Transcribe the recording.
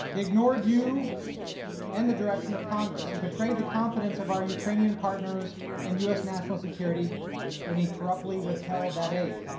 ignored you and the direction of congress and betrayed the confidence of our ukrainian partners and u. s. national security when he corruptly withheld that aid.